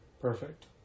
Perfect